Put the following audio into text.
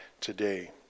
today